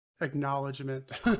acknowledgement